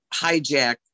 hijack